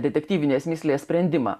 detektyvinės mįslės sprendimą